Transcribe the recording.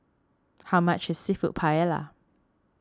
how much is Seafood Paella